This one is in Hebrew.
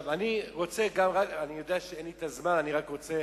אני יודע שאין לי זמן, אבל אני רוצה